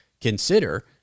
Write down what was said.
consider